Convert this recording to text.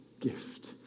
gift